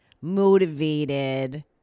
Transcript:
motivated